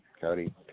Cody